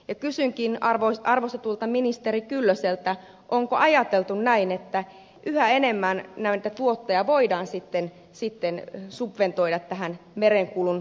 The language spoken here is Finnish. ja kysynkin arvostetulta ministeri kyllöseltä onko ajateltu näin että yhä enemmän näitä tuottoja voidaan sitten subventoida tähän merenkulun parantamiseen